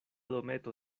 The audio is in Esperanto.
dometo